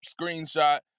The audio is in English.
screenshot